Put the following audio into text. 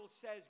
says